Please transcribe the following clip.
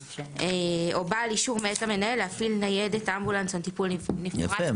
או בעל אישור מאת המנהל להפעיל ניידת אמבולנס לטיפול נמרץ --- יפה.